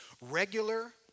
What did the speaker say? regular